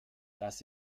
das